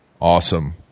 Awesome